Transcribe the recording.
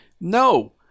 no